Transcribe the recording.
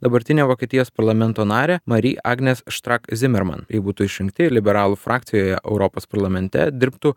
dabartinę vokietijos parlamento narę mari agnes štrak zimerman jie būtų išrinkti liberalų frakcijoje europos parlamente dirbtų